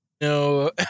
No